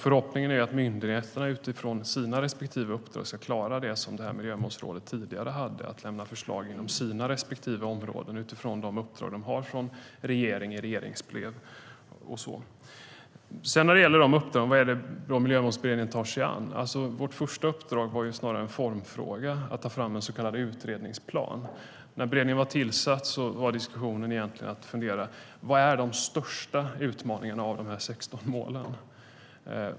Förhoppningen är att myndigheterna utifrån sina respektive uppdrag ska klara det som miljömålsrådet tidigare gjorde, alltså att lämna förslag inom sina respektive områden utifrån de uppdrag som de har från regeringen i regleringsbrev och så vidare. När det gäller de uppdrag som Miljömålsberedningen tar sig an var vårt första uppdrag snarare en formfråga, nämligen att ta fram en så kallad utredningsplan. När beredningen var tillsatt skulle man fundera på följande: Vad är de största utmaningarna av dessa 16 mål?